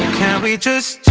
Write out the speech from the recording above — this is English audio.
and can we just